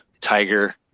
tiger